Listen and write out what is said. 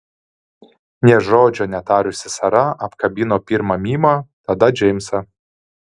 nė žodžio netarusi sara apkabino pirma mimą tada džeimsą